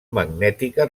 magnètica